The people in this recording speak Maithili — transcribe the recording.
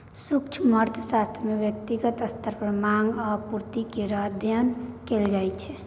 सूक्ष्म अर्थशास्त्र मे ब्यक्तिगत स्तर पर माँग आ पुर्ति केर अध्ययन कएल जाइ छै